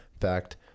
Fact